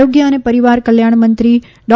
આરોગ્ય અને પરિવાર કલ્યાણ મંત્રી ડૉ